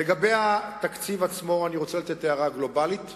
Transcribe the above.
לגבי התקציב עצמו אני רוצה להעיר הערה גלובלית,